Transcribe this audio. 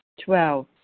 Twelve